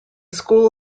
school